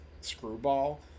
screwball